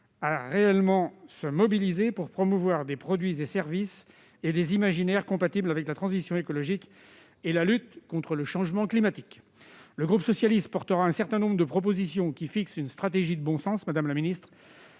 réellement pour promouvoir des produits, des services et des imaginaires compatibles avec la transition écologique et la lutte contre le changement climatique. Le groupe socialiste défendra un certain nombre de propositions relevant d'une stratégie de bon sens pour une